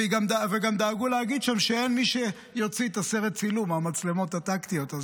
וגם דאגו להגיד שם שאין מי שיוציא את סרט הצילום מהמצלמות הטקטיות.